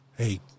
Hey